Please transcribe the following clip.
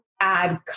add